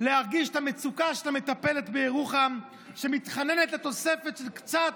להרגיש את המצוקה של המטפלת בירוחם שמתחננת לתוספת של קצת,